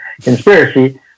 conspiracy